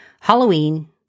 Halloween